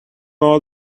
all